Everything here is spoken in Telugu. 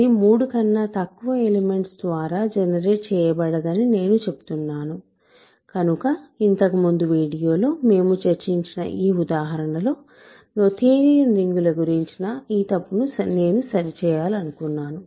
ఇది మూడు కన్నా తక్కువ ఎలిమెంట్స్ ద్వారా జనరేట్ చేయబడదని నేను చెప్తున్నాను కనుక ఇంతకు ముందు వీడియోలో మేము చర్చించిన ఈ ఉదాహరణలో నోథేరియన్ రింగుల గురించిన ఈ తప్పును నేను సరిచేయాలనుకున్నాను